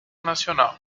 nacional